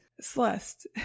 Celeste